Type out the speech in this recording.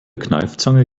kneifzange